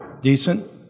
decent